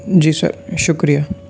جی sir شکریہ